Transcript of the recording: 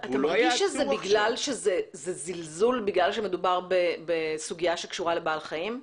אתה מרגיש שזה זלזול בגלל שמדובר בסוגיה שקשורה לבעלי חיים?